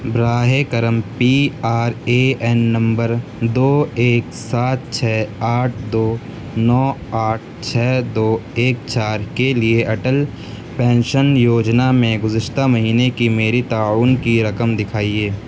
براہ کرم P R A N نمبر دو ایک سات چھ آٹھ دو نو آٹھ چھ دو ایک چار کے لیے اٹل پینشن یوجنا میں گزشتہ مہینے کی میری تعاون کی رقم دکھائیے